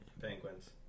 penguins